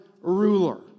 ruler